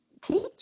teach